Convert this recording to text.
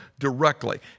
directly